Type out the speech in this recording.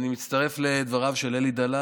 אני מצטרף לדבריו של אלי דלל